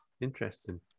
Interesting